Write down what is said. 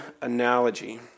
analogy